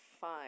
fine